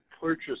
purchase